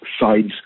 sides